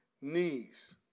knees